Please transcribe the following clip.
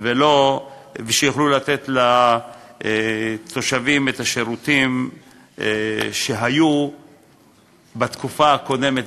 ושיוכלו לתת לתושבים את השירותים שהיו בתקופה הקודמת,